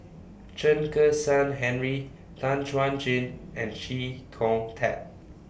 Chen Kezhan Henri Tan Chuan Jin and Chee Kong Tet